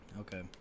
Okay